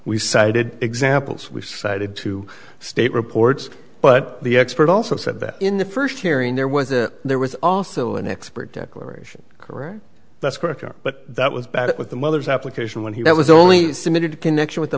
we cited examples we cited to state reports but the expert also said that in the first hearing there was a there was also an expert declaration correct that's correct but that was back with the mother's application when he was only submitted connection with the